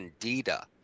candida